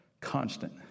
Constant